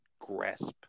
grasp